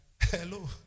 Hello